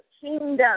kingdom